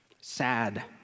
sad